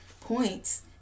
points